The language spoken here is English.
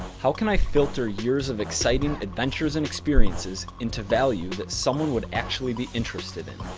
how can i filter years of exciting adventures and experiences into value that someone would actually be interested in?